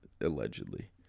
Allegedly